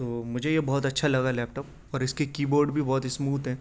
تو مجھے یہ بہت اچھا لگا لیپ ٹاپ اور اس کے کی بورڈ بھی بہت اسموتھ ہیں